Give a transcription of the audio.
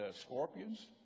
scorpions